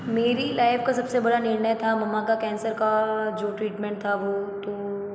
मेरी लाइफ़ का सबसे बड़ा निर्णय था मम्मा का कैंसर का जो ट्रीटमेंट था वो तो